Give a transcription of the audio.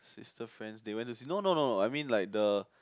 sister friends they went to see no no no I mean like the